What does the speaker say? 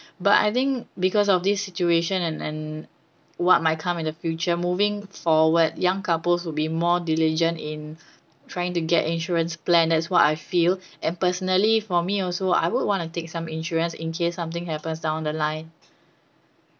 but I think because of this situation and and what might come in the future moving forward young couples will be more diligent in trying to get insurance plan that's what I feel and personally for me also I would want to take some insurance in case something happens down the line